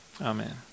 Amen